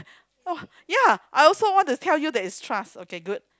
!wah! ya I also want to tell you that is trust okay good